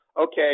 Okay